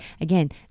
again